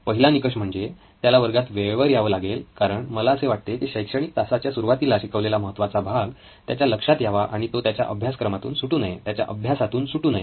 पहिला निकष म्हणजे त्याला वर्गात वेळेवर यावं लागेल कारण मला असे वाटते की शैक्षणिक तासाच्या सुरुवातीला शिकवलेला महत्त्वाचा भाग त्याच्या लक्षात यावा आणि तो त्याच्या अभ्यासातून सुटू नये